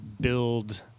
build